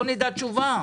לא נדע תשובה.